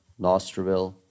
Nostraville